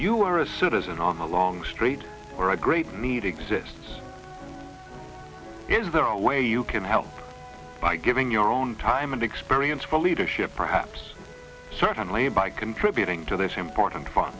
you are a citizen on a long straight or a great need exists is there a way you can help by giving your own time and experience for leadership perhaps certainly by contributing to this important fun